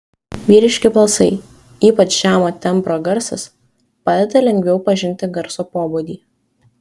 vyriški balsai ypač žemo tembro garsas padeda lengviau pažinti garso pobūdį